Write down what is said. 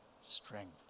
strength